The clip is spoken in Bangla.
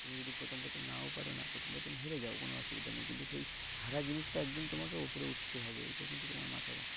তুমি যদি প্রথম প্রথম নাও পারো না প্রথম প্রথম হেরে যাও কোন অসুবিধা নেই কিন্তু সেই হারা জিনিসটা একদিন তোমাকে ওপরে উঠতে হবে এটা কিন্তু তোমার মাথায় রাখতে